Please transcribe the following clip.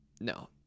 no